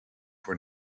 were